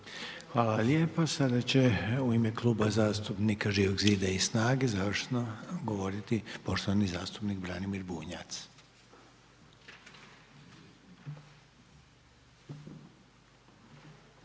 Hvala lijepa. Sada će u ime Kluba zastupnika Živog zida i snage završno govoriti poštovani zastupnik Branimir Bunjac.